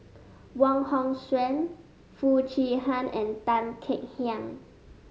Wong Hong Suen Foo Chee Han and Tan Kek Hiang